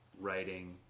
writing